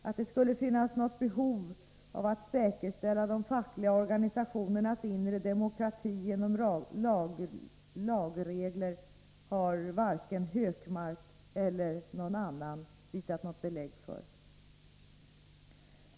Att det skulle finnas något behov av att säkerställa de fackliga organisationernas inre demokrati genom lagregler har varken Hökmark eller någon annan visat något belägg för.